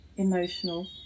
emotional